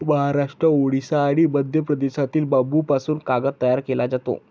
महाराष्ट्र, ओडिशा आणि मध्य प्रदेशातील बांबूपासून कागद तयार केला जातो